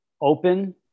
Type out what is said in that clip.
open